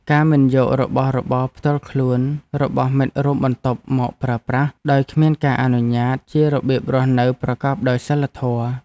ការមិនយករបស់របរផ្ទាល់ខ្លួនរបស់មិត្តរួមបន្ទប់មកប្រើប្រាស់ដោយគ្មានការអនុញ្ញាតជារបៀបរស់នៅប្រកបដោយសីលធម៌។